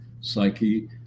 psyche